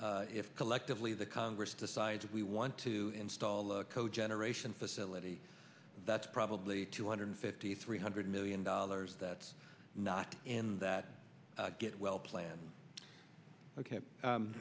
if collectively the congress decides if we want to install a co generation facility that's probably two hundred fifty three hundred million dollars that's not in that get well planned ok